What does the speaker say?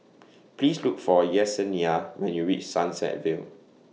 Please Look For Yessenia when YOU REACH Sunset Vale